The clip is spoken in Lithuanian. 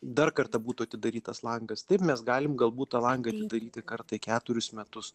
dar kartą būtų atidarytas langas taip mes galim galbūt tą langą atidaryti kartą į keturis metus